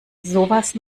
sowas